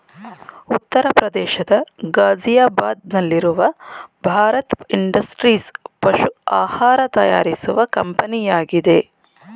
ಉತ್ತರ ಪ್ರದೇಶದ ಗಾಜಿಯಾಬಾದ್ ನಲ್ಲಿರುವ ಭಾರತ್ ಇಂಡಸ್ಟ್ರೀಸ್ ಪಶು ಆಹಾರ ತಯಾರಿಸುವ ಕಂಪನಿಯಾಗಿದೆ